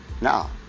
now